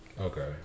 Okay